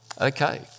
okay